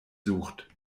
sucht